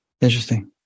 Interesting